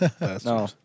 No